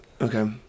Okay